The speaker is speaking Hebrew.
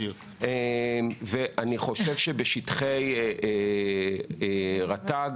אני חושב שבשטחי רט"ג